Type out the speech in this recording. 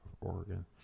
Oregon